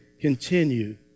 continue